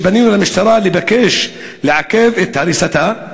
שפנינו למשטרה לבקש לעכב את הריסתו,